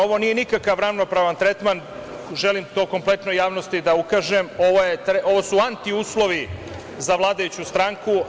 Ovo nije nikakav ravnopravan tretman, želim to kompletnoj javnosti da ukažem, ovo su antiuslovi za vladajuću stranku.